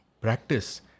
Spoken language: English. practice